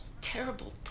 terrible